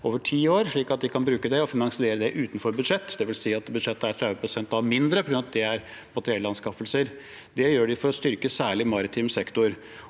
over ti år, slik at de kan bruke det og finansiere det utenfor budsjett. Det vil si at budsjettet er 30 pst. mindre fordi det er materiellanskaffelser. Det gjør de for å styrke særlig maritim sektor.